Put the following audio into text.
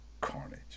carnage